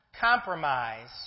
compromise